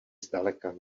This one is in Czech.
zdaleka